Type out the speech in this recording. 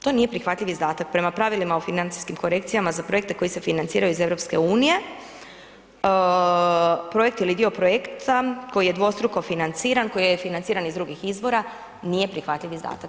To nije prihvatljiv izdatak prema pravilima o financijskim korekcijama za projekte koji se financiraju iz EU, projekt ili dio projekta koji je dvostruko financiran, koji je financiran iz drugih izvora nije prihvatljiv izdatak.